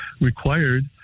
required